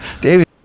David